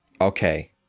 Okay